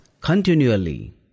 continually